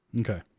Okay